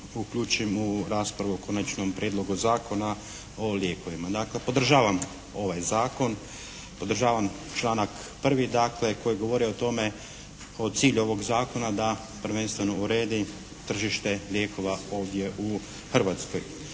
uključim u raspravu o Konačnom prijedlogu Zakona o lijekovima. Dakle podržavam ovaj Zakon, podržavam članak 1. dakle koji govori o tome, o cilju ovog Zakona da prvenstveno uredi tržište lijekova ovdje u Hrvatskoj.